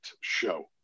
show